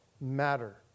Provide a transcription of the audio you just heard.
matter